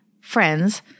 friends